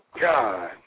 God